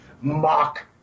mock